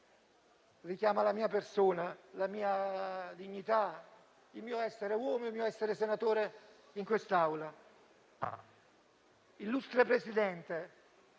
richiama la mia persona, la mia dignità, il mio essere uomo e il mio essere senatore in quest'Aula.